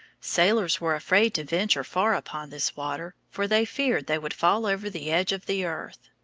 sailors were afraid to venture far upon this water, for they feared they would fall over the edge of the earth.